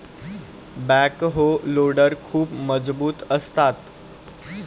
backhoe loader खूप मजबूत असतात